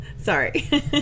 Sorry